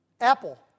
apple